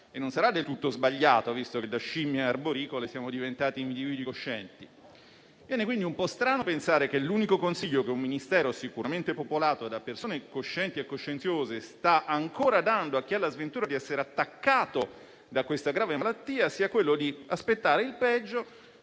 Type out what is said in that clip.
e non sarà del tutto sbagliato, visto che da scimmie arboricole siamo diventati individui coscienti. Viene quindi un po' strano pensare che l'unico consiglio che il Ministero, sicuramente popolato da persone coscienti e coscienziose, sta ancora dando a chi ha la sventura di essere attaccato da questa grave malattia, sia quello di aspettare il peggio,